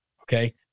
okay